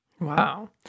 Wow